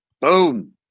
boom